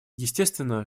естественно